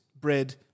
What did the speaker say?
bread